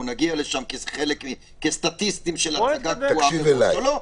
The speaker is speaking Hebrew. נגיע לשם כסטטיסטים של הצגה פה או לא.